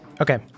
Okay